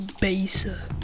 baser